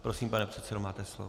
Prosím, pane předsedo, máte slovo.